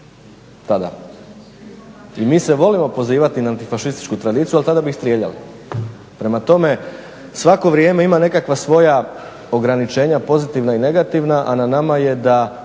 I mi se volimo pozivati na antifašističku tradiciju ali tada bi ih strijeljali. Prema tome, svako vrijeme ima nekakva svoja ograničenja pozitivna i negativna a na nama je da